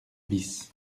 bis